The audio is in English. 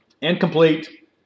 Incomplete